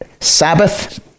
Sabbath